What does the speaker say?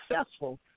successful